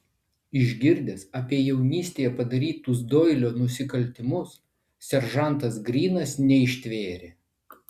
išgirdęs apie jaunystėje padarytus doilio nusikaltimus seržantas grynas neištvėrė